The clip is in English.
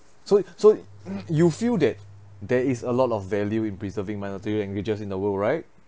so so you feel that there is a lot of value in preserving minority languages in the world right